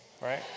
right